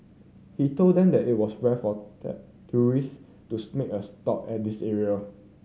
he told them that it was rare for tourist to make a stop at this area